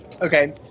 Okay